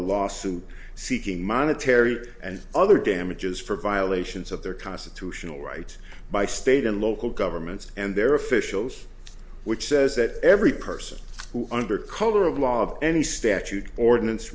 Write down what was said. a lawsuit seeking monetary and other damages for violations of their constitutional right by state and local governments and their officials which says that every person who under color of law of any statute ordinance